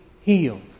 healed